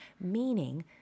meaning